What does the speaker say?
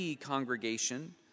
congregation